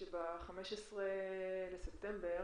ב-15 בספטמבר